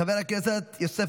חבר הכנסת יוסף